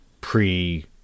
pre